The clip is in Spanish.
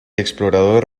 explorador